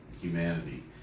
humanity